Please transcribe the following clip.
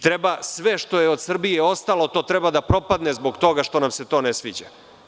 Treba sve što je od Srbije ostalo da propadne zbog toga što nam se to ne sviđa.